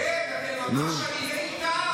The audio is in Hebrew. עודד, אתם ממש אניני טעם.